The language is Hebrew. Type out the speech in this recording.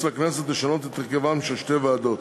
לכנסת לשנות את הרכבן של שתי ועדות: